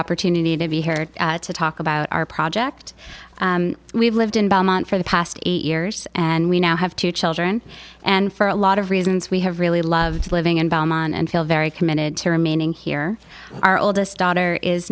opportunity to be here to talk about our project we've lived in belmont for the past eight years and we now have two children and for a lot of reasons we have really loved living in belmont and feel very committed to remaining here our oldest daughter is